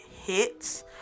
hits